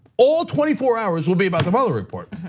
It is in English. all twenty four hours will be about the muller report.